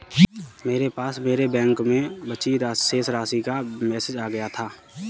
मेरे पास मेरे बैंक में बची शेष राशि का मेसेज आ गया था